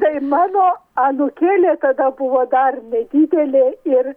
tai mano anūkėlė tada buvo dar nedidelė ir